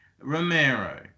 Romero